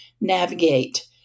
navigate